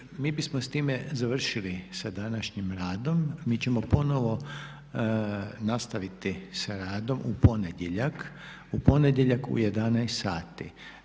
Mi bismo s time završili sa današnjim radom, mi ćemo ponovno nastaviti sa radom u ponedjeljak u 11,00 sati.